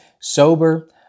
sober